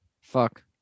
Fuck